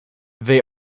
they